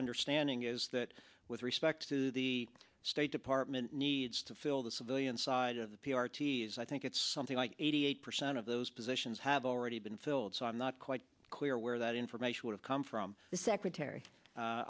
understanding is that with respect to the state department needs to fill the civilian side of the p r t's i think it's something like eighty eight percent of those positions have already been filled so i'm not quite clear where that information would have come from the secretary